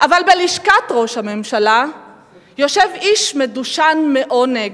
בירושלים יושב ראש ממשלה מדושן עונג.